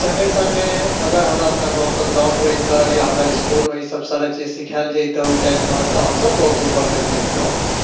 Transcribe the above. संगे संगे अगर हमरा अपना गाँवके ग्राउंड रहितै या हमरा इसकुलमे इसब सारा चीज सीखायल जैतै ओहि टाइममे तऽ हमसब बहुत ऊपर तक जइतहुॅं